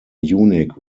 unique